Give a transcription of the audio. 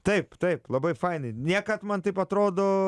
taip taip labai fainai niekad man taip atrodo